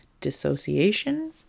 Dissociation